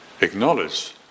acknowledge